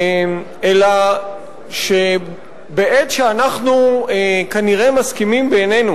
אלא שבעת שאנחנו כנראה מסכימים בינינו